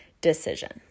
decision